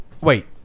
Wait